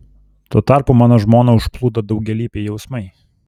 tuo tarpu mano žmoną užplūdo daugialypiai jausmai